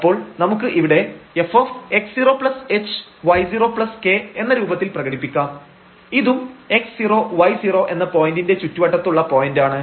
അപ്പോൾ നമുക്ക് ഇവിടെ fx0h y0k എന്ന രൂപത്തിൽ പ്രകടിപ്പിക്കാം ഇതും x0y0 എന്ന പോയന്റിന്റെ ചുറ്റുവട്ടത്തുള്ള പോയന്റ് ആണ്